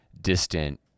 distant